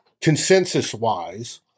consensus-wise